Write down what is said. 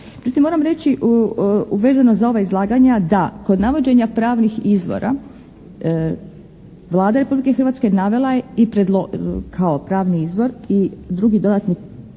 moram reći vezano za ova izlaganja da kod navođenja pravnih izvora Vlada Republike Hrvatske navela je kao pravni izvor i drugi dodatni